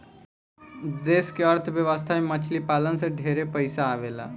देश के अर्थ व्यवस्था में मछली पालन से ढेरे पइसा आवेला